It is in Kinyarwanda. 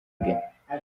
bwe